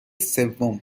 سوم